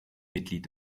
mitglied